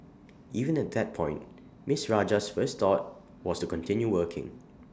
even at that point miss Rajah's first thought was to continue working